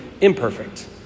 Imperfect